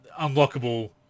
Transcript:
unlockable